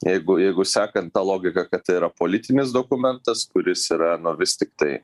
jeigu jeigu sekant ta logika kad yra politinis dokumentas kuris yra nu vis tiktai